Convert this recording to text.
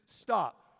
stop